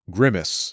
Grimace